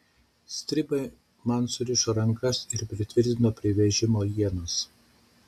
stribai man surišo rankas ir pritvirtino prie vežimo ienos